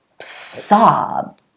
sob